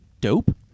dope